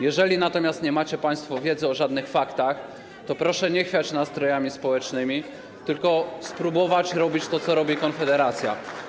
Jeżeli natomiast nie macie państwo wiedzy o żadnych faktach, to proszę nie chwiać nastrojami społecznymi, tylko spróbować robić to, co robi Konfederacja.